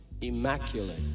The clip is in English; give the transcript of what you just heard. immaculate